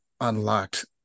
unlocked